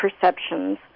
perceptions